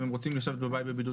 אם הם רוצים לשבת בבית בבידוד,